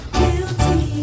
guilty